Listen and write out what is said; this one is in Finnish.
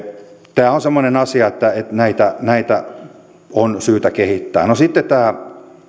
tämä on semmoinen asia että näitä näitä on syytä kehittää no sitten tämä